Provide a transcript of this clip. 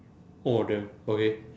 oh damn okay